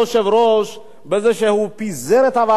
בזה שהוא פיזר את הוועדה הזאת של אתמול,